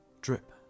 drip